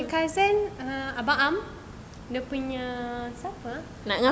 my cousin abang am dia punya siapa ah